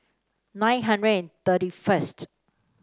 nine hundred and thirty first